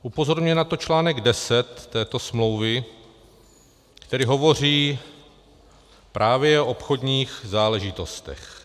Upozorňuje na to článek 10 této smlouvy, který hovoří právě o obchodních záležitostech.